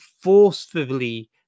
forcefully